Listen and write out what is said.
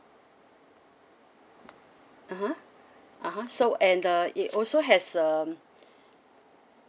a'ah so and uh it also has um